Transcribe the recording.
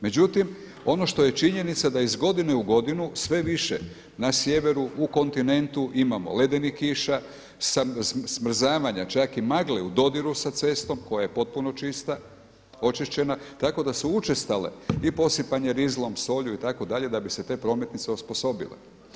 Međutim, ono što je činjenica da iz godine u godinu sve više na sjeveru u kontinentu imamo ledenih kiša, smrzavanja čak i magle u dodiru sa cestom koja je potpuno čista, očišćena tako da su učestale i posipanje rizlom, solju itd. da bi se te prometnice osposobile.